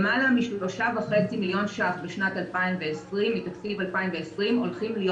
למעלה מ-3.5 מיליון ₪ מתקציב 2020 הולכים להיות